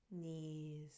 Knees